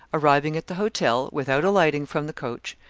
arriving at the hotel, without alighting from the coach,